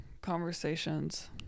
Conversations